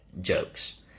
jokes